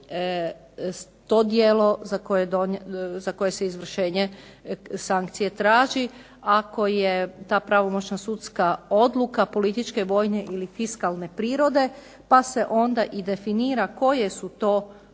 to djelo za koje se izvršenje sankcije traži ako je ta pravomoćna sudska odluka političke, vojne ili fiskalne prirode pa se onda i definira koji